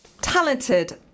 talented